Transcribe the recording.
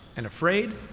and afraid,